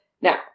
Now